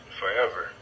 forever